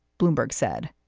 bloomberg said.